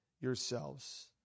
yourselves